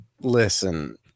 listen